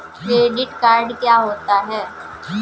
Credit card क्या होता है?